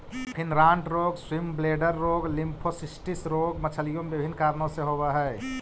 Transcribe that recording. fin rot रोग, swim bladder रोग, lymphocystis रोग मछलियों में विभिन्न कारणों से होवअ हई